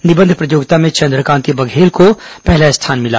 निबंध प्रतियोगिता में चन्द्रकांति बघेल को पहला स्थान मिला